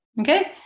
Okay